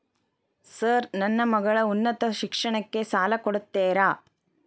Sir ನನ್ನ ಮಗಳ ಉನ್ನತ ಶಿಕ್ಷಣಕ್ಕೆ ಸಾಲ ಕೊಡುತ್ತೇರಾ?